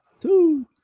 two